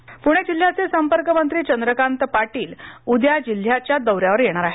पाटील पुणे जिल्ह्याचे संपर्कमंत्री चंद्रकांत पाटील उद्या जिल्ह्याच्या दौऱ्यावर येणार आहेत